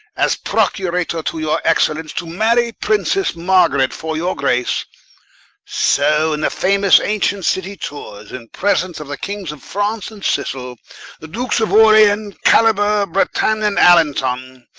as procurator to your excellence, to marry princes margaret for your grace so in the famous ancient city, toures, in presence of the kings of france, and sicill the dukes of orleance, calaber, britaigne, and alanson,